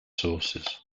sources